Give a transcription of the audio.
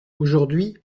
aujourd’hui